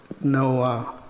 no